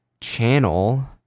channel